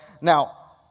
Now